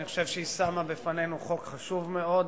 אני חושב שהיא שמה בפנינו חוק חשוב מאוד.